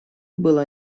была